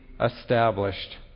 established